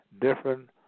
different